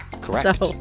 Correct